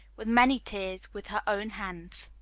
with many tears, with her own hands.